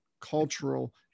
cultural